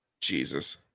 Jesus